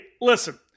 listen